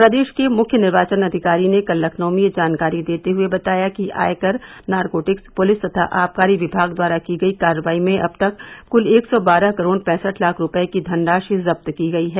प्रदेश के मुख्य निर्वाचन अधिकारी ने कल लखनऊ में यह जानकारी देते हुए बताया कि आयकर नारकोटिक्स पुलिस तथा आबकारी विभाग द्वारा की गई कार्रवाई में अब तक कुल एक सौ बारह करोड़ पैंसठ लाख रूपये की धनराशि जब्त की गयी है